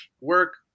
Work